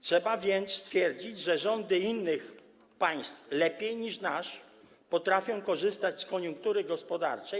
Trzeba więc stwierdzić, że rządy innych państw lepiej niż nasz potrafią korzystać z koniunktury gospodarczej.